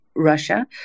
Russia